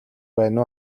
байна